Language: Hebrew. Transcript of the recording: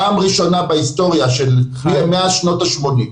פעם ראשונה בהיסטוריה, מאז שנות השמונים,